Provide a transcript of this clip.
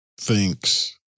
thinks